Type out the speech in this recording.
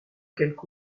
quelque